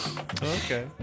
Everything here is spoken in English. Okay